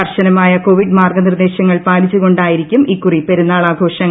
കർശനമായ കോവിഡ് മാർഗ്ഗനിർദ്ദേശങ്ങൾ പാലിച്ചു കൊണ്ടായിരിക്കും ഇക്കുറി പെരുന്നാൾ ആഘോഷങ്ങൾ